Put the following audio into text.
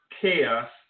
chaos